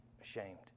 ashamed